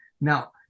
Now